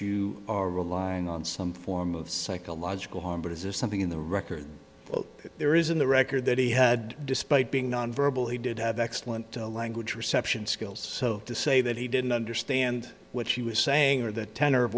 you are relying on some form of psychological harm but is there something in the record there is in the record that he had despite being nonverbal he did have excellent language reception skills so to say that he didn't understand what she was saying or the tenor of